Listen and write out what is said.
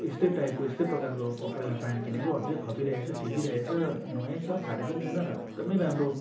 यस्तै टाइपको यस्तै प्रकारको पहिला प्यान्ट किनेको अझै खपिरहेछ टिकिरहेछ नयाँ नै छ फाटेको पनि छैन एकदमै राम्रो